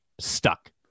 stuck